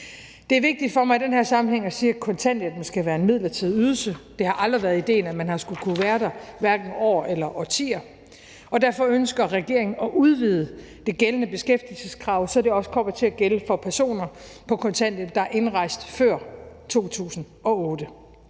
den her sammenhæng at sige, at kontanthjælpen skal være en midlertidig ydelse. Det har aldrig været idéen, at man har skullet kunne være der i hverken år eller årtier, og derfor ønsker regeringen at udvide det gældende beskæftigelseskrav, så det også kommer til at gælde for personer på kontanthjælp, der er indrejst før 2008.